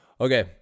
Okay